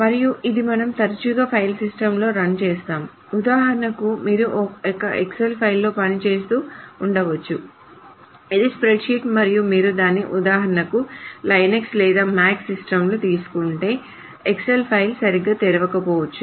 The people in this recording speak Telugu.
మరియు ఇది మనము తరచుగా ఫైల్ సిస్టమ్లతో రన్ చేస్తాము ఉదాహరణకు మీరు ఒక ఎక్సెల్ ఫైల్తో పనిచేస్తూ ఉండవచ్చు ఇది స్ప్రెడ్షీట్ మరియు మీరు దానిని ఉదాహరణకు లైనక్స్ లేదా మాక్ సిస్టమ్కు తీసుకుంటే ఎక్సెల్ ఫైల్ సరిగ్గా తెరవకపోవచ్చు